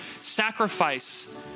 sacrifice